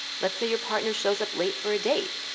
let's say your partner shows up late for a date.